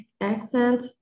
accent